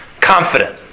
confident